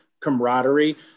camaraderie